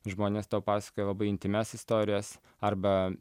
žmonės tau pasakoja labai intymias istorijas arba